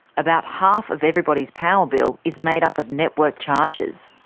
about half of everybody's power bill is made up of network charges.